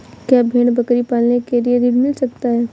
क्या भेड़ बकरी पालने के लिए ऋण मिल सकता है?